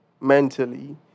mentally